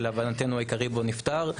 שלהבנתנו העיקר בו נפתר.